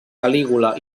calígula